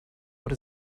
what